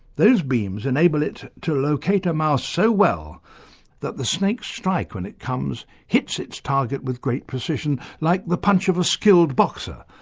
those beams enable it to locate a mouse so well that the snake's strike when it comes hits its target with great precision like the punch of a skilled boxer,